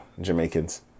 Jamaicans